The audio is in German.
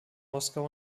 moskau